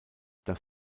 das